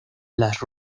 las